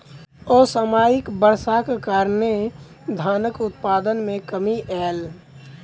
असामयिक वर्षाक कारणें धानक उत्पादन मे कमी आयल